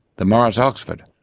the morris oxford,